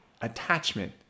attachment